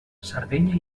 sardenya